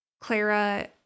Clara